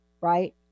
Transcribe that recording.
right